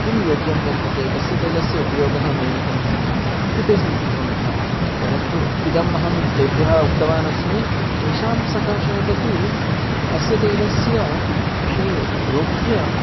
किं योग्यं वर्तते कस्य तैलस्य उपयोगः मया करणीयः इति ते सूचितवन्तः परन्तु इदम् अहं तेभ्यः उक्तवानस्मि तेषां सकाशादपि अस्य तैलस्य विषये योग्यम्